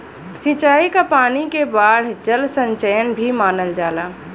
सिंचाई क पानी के बाढ़ जल संचयन भी मानल जाला